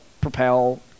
propel